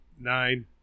nine